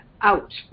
out